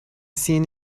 seen